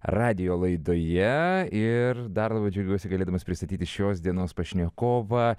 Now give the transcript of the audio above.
radijo laidoje ir dar labiai džiaugiuosi galėdamas pristatyti šios dienos pašnekovą